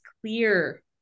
clear